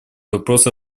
вопрос